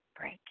break